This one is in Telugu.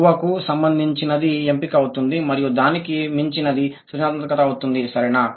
దిగువకు సంబంధించినది ఎంపిక అవుతుంది మరియు దానికి మించినది సృజనాత్మకత అవుతుంది సరేనా